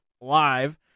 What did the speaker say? live